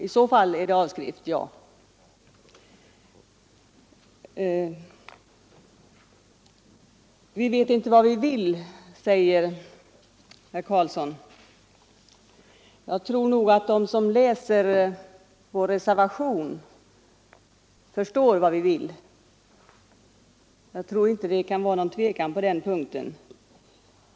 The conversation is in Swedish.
I så fall är det avskrifter. Vi vet inte vad vi vill, säger herr Karlsson. Jag tror nog att de som läser vår reservation förstår vad vi vill. Jag tror inte det kan vara något tvivel på den punkten.